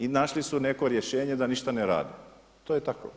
I našli su neko rješenje da ništa ne rade, to je tako.